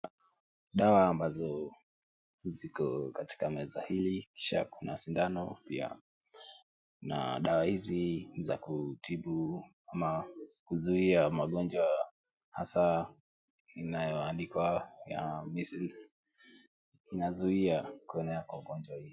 Dawa ambazo ziko katika meza hili. Kisha kuna sindano pia. Na dawa hizi ni za kutibu ama kuzuia magonjwa hasa inayoandikwa ya measles inazuia kuenea kwa ugonjwa huu.